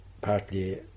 partly